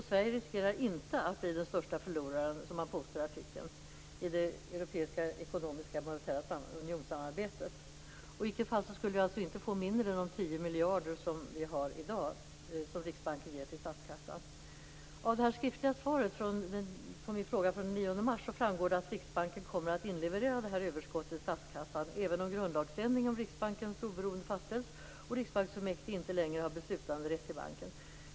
Sverige riskerar inte att bli den största förloraren, som man påstod i artikeln, i det europeiska monetära unionssamarbetet. I vilket fall som helst skulle vi inte få mindre än de 10 miljarder som Riksbanken i dag ger till statskassan. Av det skriftliga svaret på min fråga från den 9 mars framgår det att Riksbanken kommer att inleverera detta överskott till statskassan även om grundlagsändringen om Riksbankens oberoende fastställs och riksbanksfullmäktige inte längre har beslutanderätt i banken.